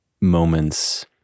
moments